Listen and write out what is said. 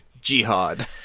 Jihad